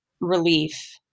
relief